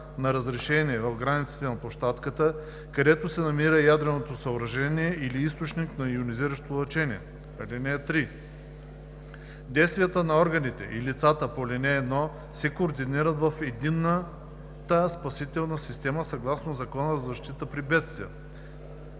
на разрешение в границите на площадката, където се намира ядрено съоръжение или източник на йонизиращо лъчение. (3) Действията на органите и лицата по ал. 1 се координират в Единната спасителна система съгласно Закона за защита при бедствия.“